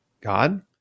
God